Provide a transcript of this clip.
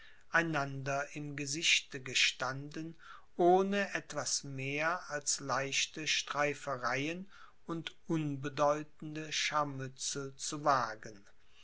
einander im gesichte gestanden ohne etwas mehr als leichte streifereien und unbedeutende scharmützel zu wagen